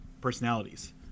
personalities